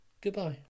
goodbye